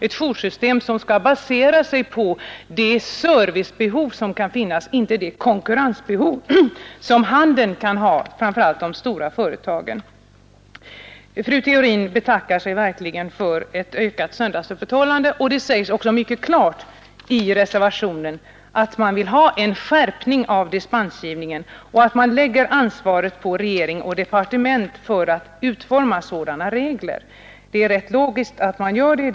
Systemet skall vidare vara baserat på det servicebehov som kan finnas och inte på det konkurrensbehov som handeln kan ha, framför allt de stora företagen. Ja, herr statsrådet, fru Theorin betackar sig verkligen för ett ökat söndagsöppethållande, det sägs också i reservationen. Där sägs klart att man vill ha en skärpning av dispensgivningen och att man lägger ansvaret på regering och departement för att utforma enhetliga regler. Det är logiskt att man gör det.